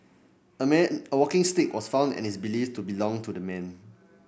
a man a walking stick was found and is believed to belong to the man